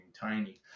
tiny